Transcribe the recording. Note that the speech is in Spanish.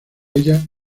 ellas